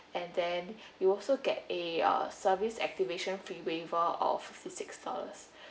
and then you'll also get a uh service activation fee waiver of fifty-six dollars